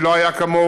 שלא היה כמוהו,